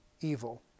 evil